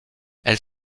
elle